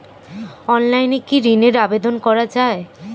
অনলাইনে কি ঋনের আবেদন করা যায়?